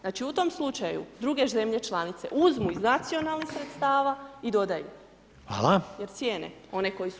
Znači u tom slučaju druge zemlje članice uzmu iz nacionalnih sredstava i dodaju jer cijene one koji su